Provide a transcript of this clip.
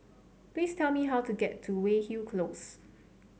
please tell me how to get to Weyhill Close